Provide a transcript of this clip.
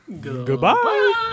Goodbye